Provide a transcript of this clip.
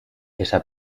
esa